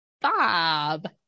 Bob